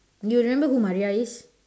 you remember who Maria is